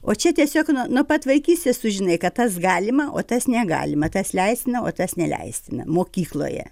o čia tiesiog nuo nuo pat vaikystės tu žinai kad tas galima o tas negalima tas leistina o tas neleistina mokykloje